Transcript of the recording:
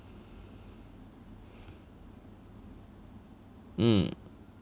mm